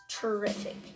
terrific